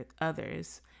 others